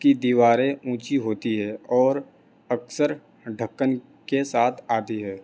کی دیواریں اونچی ہوتی ہے اور اکثر ڈھکن کے ساتھ آتی ہے